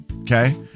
Okay